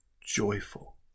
joyful